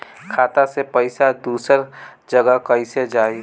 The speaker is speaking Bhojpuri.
खाता से पैसा दूसर जगह कईसे जाई?